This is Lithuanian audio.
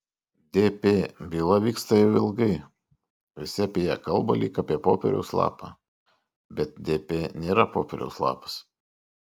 dp byla vyksta jau ilgai visi apie ją kalba lyg apie popieriaus lapą bet dp nėra popieriaus lapas